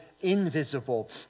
invisible